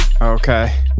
Okay